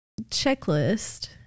checklist